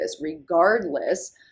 regardless